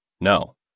No